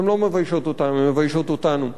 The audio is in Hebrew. הן לא מביישות אותם, הן מביישות אותנו.